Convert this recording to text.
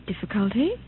Difficulty